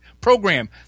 program